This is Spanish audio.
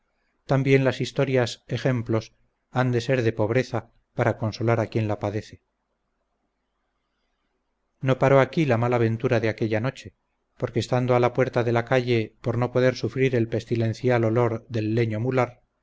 también las historias ejemplos han de ser de pobreza para consolar a quien la padece no paró aquí la mala ventura de aquella noche porque estando a la puerta de la calle por no poder sufrir el pestilencial olor del leño mular